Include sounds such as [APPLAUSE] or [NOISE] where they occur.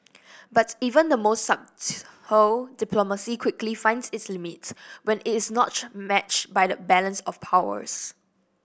but even the most subtle [UNINTELLIGIBLE] diplomacy quickly finds its limits when it's not matched by a balance of powers